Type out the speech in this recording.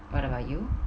what about you